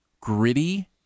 gritty